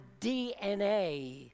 DNA